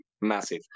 massive